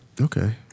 Okay